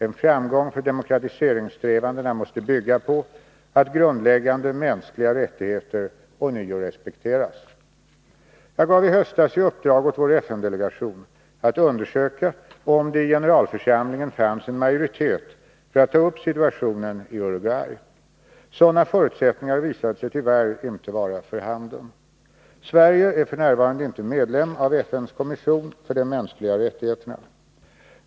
En framgång för demokrati seringssträvandena måste bygga på att grundläggande mänskliga rättigheter ånyo respekteras. Jag gav i höstas i uppdrag åt vår FN-delegation att undersöka om det i generalförsamlingen fanns en majoritet för att ta upp situationen i Uruguay. Sådana förutsättningar visade sig tyvärr inte vara för handen. Sverige är f. n. inte medlem av FN:s kommission för de mänskliga rättigheterna.